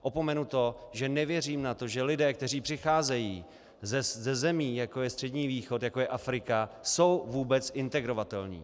Opomenu to, že nevěřím na to, že lidé, kteří přicházejí ze zemí, jako je Střední východ, jako je Afrika, jsou vůbec integrovatelní.